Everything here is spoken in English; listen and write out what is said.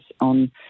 on